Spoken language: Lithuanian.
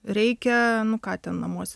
reikia nu ką ten namuose